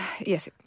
Yes